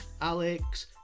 Alex